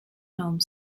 home